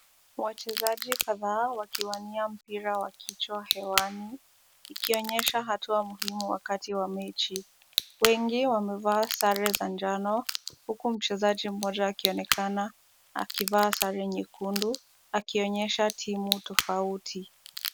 Wachezaji kadhaa wakiwania mpira wa kichwa hewani, ikionyesha hatua muhimu wakati wa mechi. Wengi wamevaa sare za njano, huku mchezaji mmoja akionekana akivaa sare nyekundu, akionyesha timu tofauti.